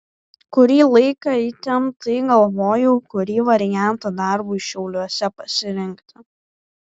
kurį laiką įtemptai galvojau kurį variantą darbui šiauliuose pasirinkti